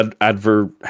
adverb